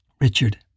Richard